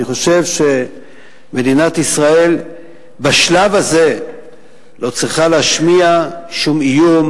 אני חושב שמדינת ישראל בשלב הזה לא צריכה להשמיע שום איום